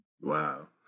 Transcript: Wow